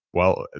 well,